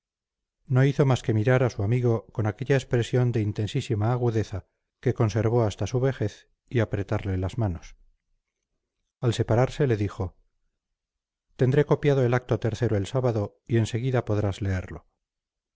no hizo más que mirar a su amigo con aquella expresión de intensísima agudeza que conservó hasta su vejez y apretarle las manos al separarse le dijo tendré copiado el acto tercero el sábado y en seguida podrás leerlo